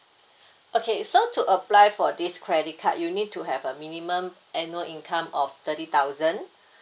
okay so to apply for this credit card you need to have a minimum annual income of thirty thousand